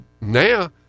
now